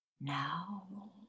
now